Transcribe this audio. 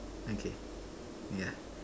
okay yeah